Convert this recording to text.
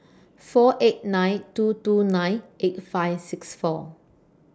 four eight nine two two nine eight five six four